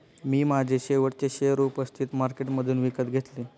मी माझे शेवटचे शेअर उपस्थित मार्केटमधून विकत घेतले